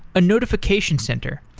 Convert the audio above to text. a notification center,